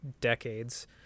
decades